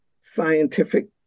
scientific